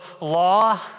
law